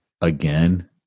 again